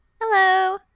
Hello